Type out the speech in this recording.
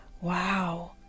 Wow